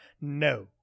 no